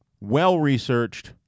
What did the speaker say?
well-researched